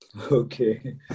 Okay